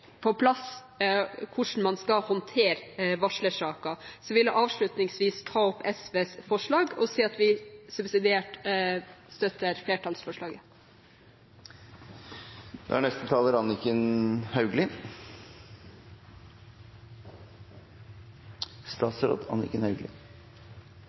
på plass hvordan man skal håndtere varslersaker. Avslutningsvis vil jeg si at SV subsidiært støtter